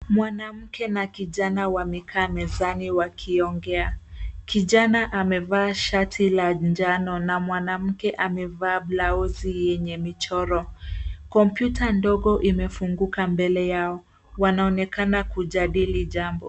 Mwanamke na kijana wamekaa mezani wakiongea. Kijana amevaa shati la njano na mwanamke amevaa blauzi yenye michoro. Kompyuta ndogo imefunguka mbele yao. Wanaonekana kujadili jambo.